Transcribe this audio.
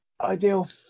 Ideal